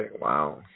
Wow